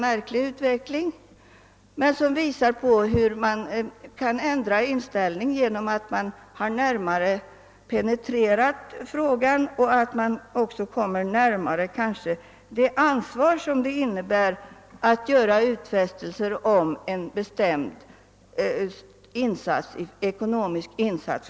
Av det framgår hur man på ett ganska märkligt sätt kan ändra ståndpunkt sedan man närmare penetrerat en fråga — och kanske också sedan man närmare tänkt över det ansvar det innebär att göra utfästelser om en preciserad statlig ekonomisk insats.